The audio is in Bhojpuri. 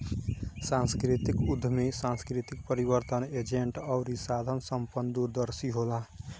सांस्कृतिक उद्यमी सांस्कृतिक परिवर्तन एजेंट अउरी साधन संपन्न दूरदर्शी होला